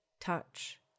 touch